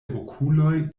okuloj